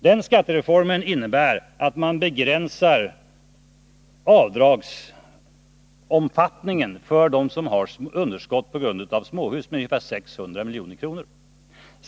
Den skattereformen innebär att man begränsar avdragsomfattningen när det gäller dem som har underskott på sina småhus med ungefär 600 milj.kr.